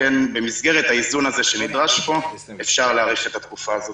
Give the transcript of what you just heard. שבמסגרת האיזון הזה שנדרש פה אפשר להאריך את התקופה הזאת.